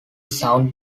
sound